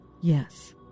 Yes